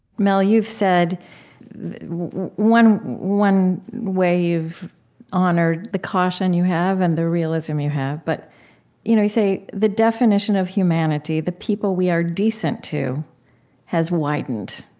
mel, you said one one way you've honored the caution you have and the realism you have but you know you say, the definition of humanity the people we are decent to has widened.